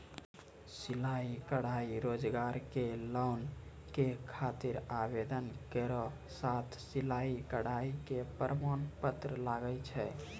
सिलाई कढ़ाई रोजगार के लोन के खातिर आवेदन केरो साथ सिलाई कढ़ाई के प्रमाण पत्र लागै छै?